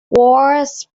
wars